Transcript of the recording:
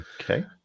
Okay